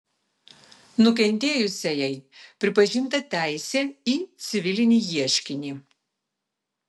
nukentėjusiajai pripažinta teisė į civilinį ieškinį